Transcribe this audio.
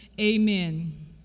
Amen